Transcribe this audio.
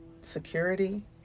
Security